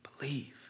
Believe